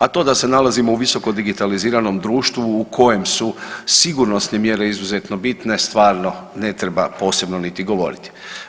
A to da se nalazimo u visoko digitaliziranom društvu u kojem su sigurnosne mjere izuzetno bitne stvarno ne treba posebno niti govoriti.